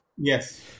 Yes